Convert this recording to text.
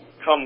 come